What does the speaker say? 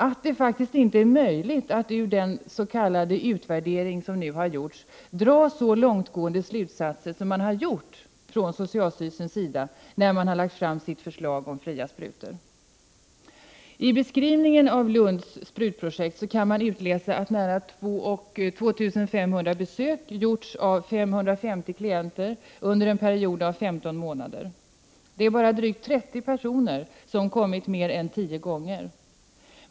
Det är faktiskt inte möjligt att ur den s.k. utvärdering som genomförts dra så långtgående slutsatser som socialstyrelsen gjort när man lagt fram sitt förslag om fria sprutor. I beskrivningen av Lunds sprutprojekt kan man utläsa att nära 2 500 besök gjorts av 550 klienter under en period av 15 månader. Det är bara drygt 30 personer som kommit mer än tio gånger.